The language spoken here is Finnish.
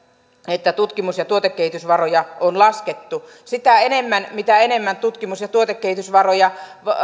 että tutkimus ja tuotekehitysvaroja on laskettu sitä enemmän mitä enemmän tutkimus ja tuotekehitysvaroja